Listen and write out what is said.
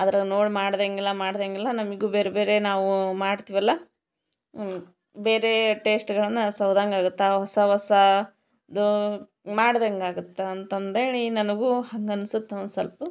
ಆದ್ರೆ ನೋಡಿ ಮಾಡ್ದಂಗೆಲ್ಲ ಮಾಡ್ದಂಗೆಲ್ಲ ನಮಗು ಬೇರೆ ಬೇರೆ ನಾವು ಮಾಡ್ತಿವಲ್ಲ ಬೇರೆ ಟೇಸ್ಟ್ಗಳನ್ನು ಸವ್ದಂಗಾಗತ್ತೆ ಹೊಸ ಹೊಸಾದು ಮಾಡ್ದಂಗಾಗತ್ತೆ ಅಂತಂದೇಳಿ ನನಗೂ ಹಂಗನ್ಸತ್ತೆ ಒಂದು ಸ್ವಲ್ಪ